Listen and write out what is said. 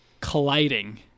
colliding